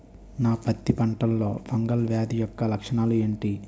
నా పత్తి పంటలో ఫంగల్ వ్యాధి యెక్క లక్షణాలు ఏంటి?